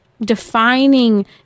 defining